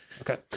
Okay